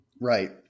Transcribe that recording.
Right